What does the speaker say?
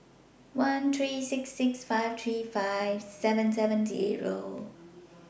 one three six six five three five seven seven Zero